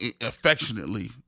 affectionately